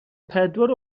pedwar